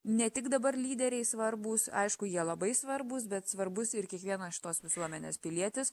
ne tik dabar lyderiai svarbūs aišku jie labai svarbūs bet svarbus ir kiekvienas šitos visuomenės pilietis